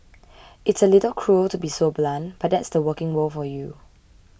it's a little cruel to be so blunt but that's the working world for you